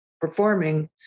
performing